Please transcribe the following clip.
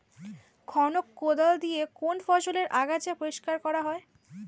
খনক কোদাল দিয়ে কোন ফসলের আগাছা পরিষ্কার করা হয়?